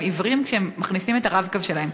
עיוורים כשהם מכניסים את ה"רב-קו" שלהם.